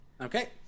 Okay